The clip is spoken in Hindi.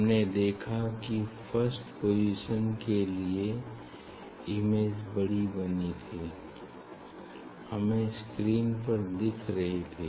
हमने देखा कि फर्स्ट पोजीशन के लिए इमेज बड़ी बनी थी हमें स्क्रीन पर दिख रही थी